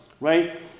right